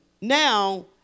now